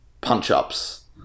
punch-ups